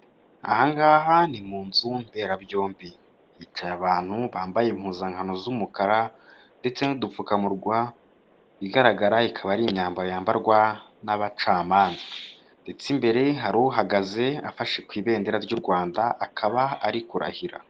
Aha ngaha ni mu nzu mberabyombi, hicaye abantu bambaye impuzankano z'umukara, ndetse n'udupfukamunwa, ibigaragara ikaba ari imyambaro yambarwa n'abacamanza ndetse imbere hari uhagaze afashe ku ibendera ry'u Rwanda, akaba ari kurahira.